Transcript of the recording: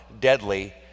deadly